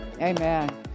Amen